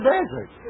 Desert